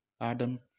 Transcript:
Adam